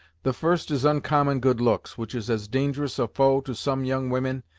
the first is oncommon good looks, which is as dangerous a foe to some young women,